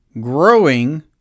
growing